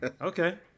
Okay